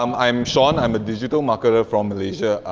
um i'm shawn, i'm a digital marketer from malaysia.